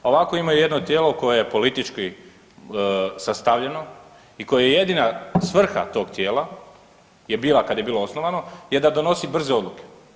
Ovako imaju jedno tijelo koje je politički sastavljeno i koje je jedina svrha tog tijela je bila kad je bilo osnovano, je da donosi brze odluke.